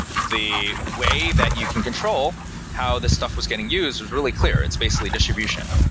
the way that you can control how the stuff was getting used was really clear. it's basically distribution.